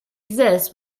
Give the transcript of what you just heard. exists